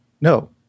No